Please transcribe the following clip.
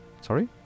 Sorry